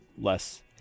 less